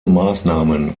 maßnahmen